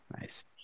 Nice